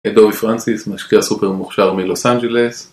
הדורי פרנסיס משקיע סופר מוכשר מלוס אנג'לס